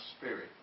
spirit